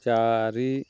ଚାରି